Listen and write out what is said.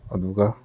ꯑꯗꯨꯒ